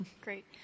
Great